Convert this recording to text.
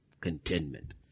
contentment